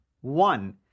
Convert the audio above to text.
one